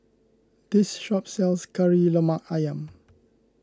this shop sells Kari Lemak Ayam